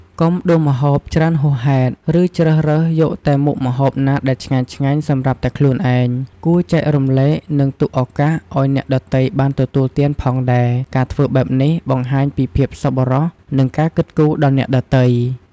កុំដួសម្ហូបច្រើនហួសហេតុ ឬជ្រើសរើសយកតែមុខម្ហូបណាដែលឆ្ងាញ់ៗសម្រាប់តែខ្លួនឯង គួរចែករំលែក និងទុកឱកាសឱ្យអ្នកដទៃបានទទួលទានផងដែរ ការធ្វើបែបនេះបង្ហាញពីភាពសប្បុរស និងការគិតគូរដល់អ្នកដទៃ។